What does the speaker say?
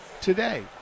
today